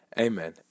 Amen